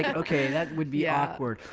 yeah okay, that would be awkward.